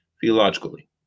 theologically